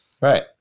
right